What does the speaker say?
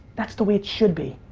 that's the way it should be.